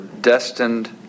destined